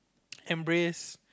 embrace